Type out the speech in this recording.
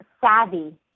savvy